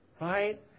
right